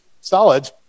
solid